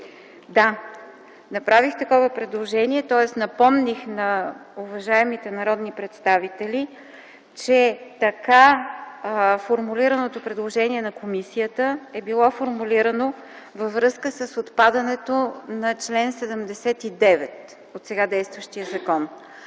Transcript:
Да, направих такова предложение. Тоест напомних на уважаемите народни представители, че така формулираното предложение на комисията е било формулирано във връзка с отпадането на чл. 79 от сега действащия закон.